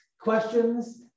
Questions